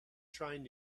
trying